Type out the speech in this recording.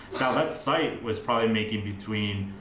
now that site was probably making between,